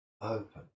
Open